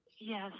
Yes